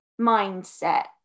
mindset